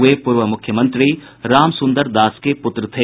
वे पूर्व मुख्यमंत्री रामसुंदर दास के पुत्र थे